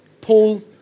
Paul